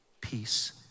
peace